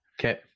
Okay